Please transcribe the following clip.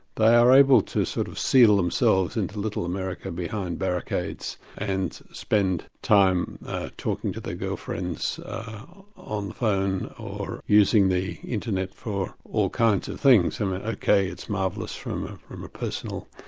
they are able to sort of seal themselves into little america behind barricades and spend time talking to their girlfriends on phone, or using the internet for all kinds of things. and ok, it's marvellous from ah from a personal,